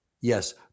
Yes